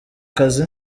kazi